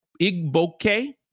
Igboke